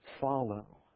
follow